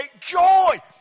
joy